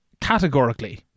Categorically